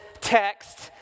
text